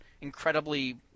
incredibly